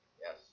Yes